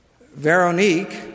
Veronique